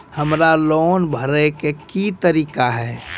हमरा लोन भरे के की तरीका है?